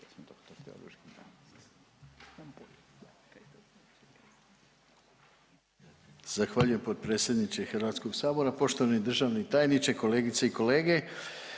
Zahvaljujem potpredsjedniče HS, poštovani državni tajniče, kolegice i kolege.